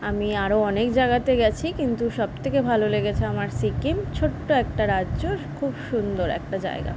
আমি আরো অনেক জায়গাতে গেছি কিন্তু সবথেকে ভালো লেগেছে আমার সিকিম ছোট্ট একটা রাজ্য খুব সুন্দর একটা জায়গা